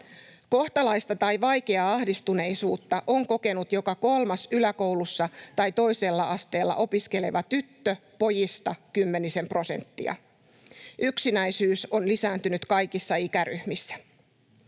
Kohtalaista tai vaikeaa ahdistuneisuutta on kokenut joka kolmas yläkoulussa tai toisella asteella opiskeleva tyttö, pojista kymmenisen prosenttia. Yksinäisyys on lisääntynyt kaikissa ikäryhmissä.